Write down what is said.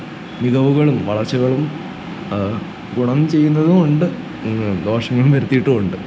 മികവുകളും വളർച്ചകളും ഗുണം ചെയ്യുന്നതു ഉണ്ട് ദോഷങ്ങളും വരുത്തിയിട്ടും ഉണ്ട്